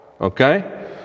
Okay